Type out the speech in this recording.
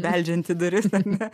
beldžiant į duris ar ne